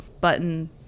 button